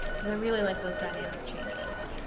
because i really like those dynamic changes.